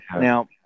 Now